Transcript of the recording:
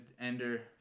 ender